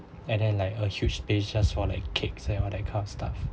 and then like a huge space just for like cakes and all that kind of stuff